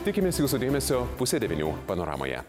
tikimės jūsų dėmesio pusę devynių panoramoje